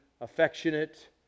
affectionate